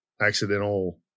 accidental